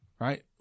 right